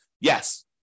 Yes